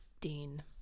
dean